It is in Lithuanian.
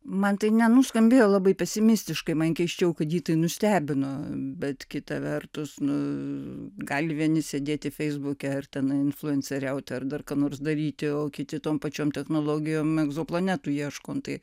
man tai nenuskambėjo labai pesimistiškai man keisčiau kad jį tai nustebino bet kita vertus nu gali vieni sėdėti feisbuke ir tenai influenceriauti ar dar ką nors daryti o kiti tom pačiom technologijom egzo planetų ieškome tai